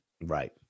right